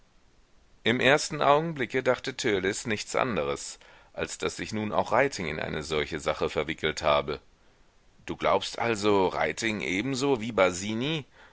im ersten augenblicke dachte törleß nichts anderes als daß sich nun auch reiting in eine solche sache verwickelt habe du glaubst also daß reiting ebenso wie